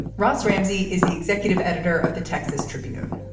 ross ramsey is the executive editor of the texas tribune